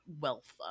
wealth